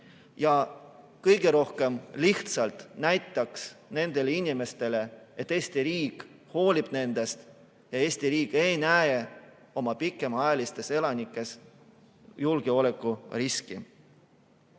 ja kõige rohkem lihtsalt näitaks nendele inimestele, et Eesti riik hoolib nendest ja Eesti riik ei näe oma pikemaajalistes elanikes julgeolekuriski.